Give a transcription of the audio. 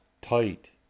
tight